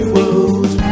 World